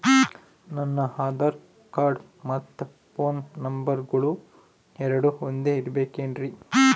ನನ್ನ ಆಧಾರ್ ಕಾರ್ಡ್ ಮತ್ತ ಪೋನ್ ನಂಬರಗಳು ಎರಡು ಒಂದೆ ಇರಬೇಕಿನ್ರಿ?